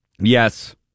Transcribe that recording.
Yes